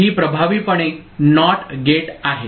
तर ही प्रभावीपणे NOT गेट आहे